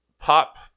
pop